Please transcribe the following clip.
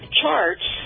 charts